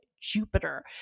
Jupiter